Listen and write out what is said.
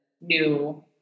new